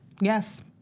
yes